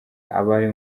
abaye